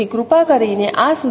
તમારા સાંભળવા બદલ આભાર